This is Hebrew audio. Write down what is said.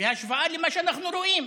בהשוואה למה שאנחנו רואים.